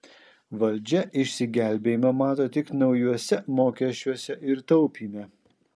valdžia išsigelbėjimą mato tik naujuose mokesčiuose ir taupyme